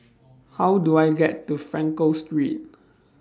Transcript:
How Do I get to Frankel Street